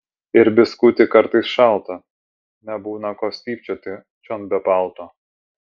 ir biskutį kartais šalta nebūna ko stypčioti čion be palto